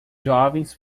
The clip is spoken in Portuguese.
jovens